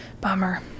bummer